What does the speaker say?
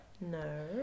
No